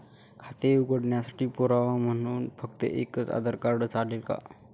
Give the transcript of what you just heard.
खाते उघडण्यासाठी पुरावा म्हणून फक्त एकच आधार कार्ड चालेल का?